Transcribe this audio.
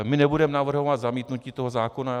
My nebudeme navrhovat zamítnutí toho zákona.